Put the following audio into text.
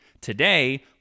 Today